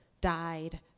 died